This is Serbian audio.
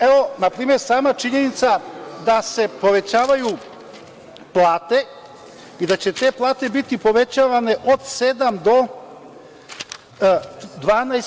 Evo, na primer sama činjenica da se povećavaju plate i da će te plate biti povećavane od 7% do 12%